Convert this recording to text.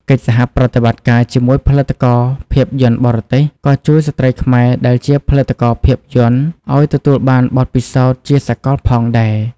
កិច្ចសហប្រតិបត្តិការជាមួយផលិតករភាពយន្តបរទេស ក៏ជួយស្ត្រីខ្មែរដែលជាផលិតករភាពយន្តឱ្យទទួលបានបទពិសោធន៍ជាសកលផងដែរ។